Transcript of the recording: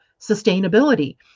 sustainability